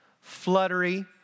fluttery